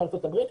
בארצות הברית,